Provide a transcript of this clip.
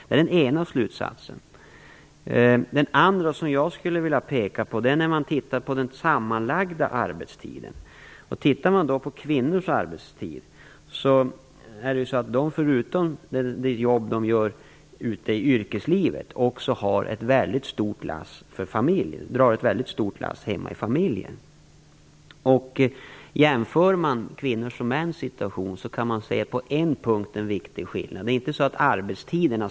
Det är den ena slutsatsen. Den andra slutsatsen, som jag skulle vilja peka på, gäller den sammanlagda arbetstiden. Om man tittar på kvinnors arbetstid ser man att kvinnor förutom det jobb de gör ute i yrkeslivet också drar ett väldigt stort lass hemma i familjen. Om man jämför kvinnors och mäns situation kan man se en viktig skillnad på en punkt.